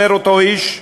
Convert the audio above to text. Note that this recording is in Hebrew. אומר אותו איש,